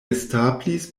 establis